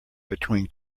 between